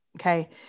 Okay